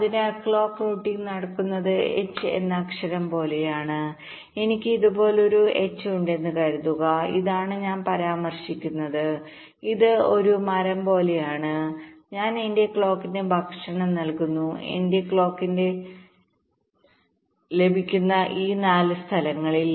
അതിനാൽ clock routing നടക്കുന്നത് H എന്ന അക്ഷരം പോലെയാണ് എനിക്ക് ഇതുപോലൊരു H ഉണ്ടെന്ന് കരുതുക ഇതാണ് ഞാൻ പരാമർശിക്കുന്നത് ഇത് ഒരു മരം പോലെയാണ് ഞാൻ എന്റെ ക്ലോക്കിന് ഭക്ഷണം നൽകുന്നു എനിക്ക് എന്റെ ക്ലോക്ക് ലഭിക്കുന്നു ഈ 4 സ്ഥലങ്ങളിൽ